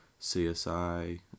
CSI